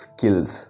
Skills